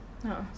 a'ah